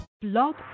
Blog